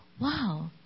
wow